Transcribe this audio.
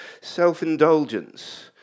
self-indulgence